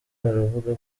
baravuga